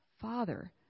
Father